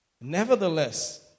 Nevertheless